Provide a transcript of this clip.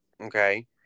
Okay